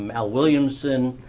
um al williamson.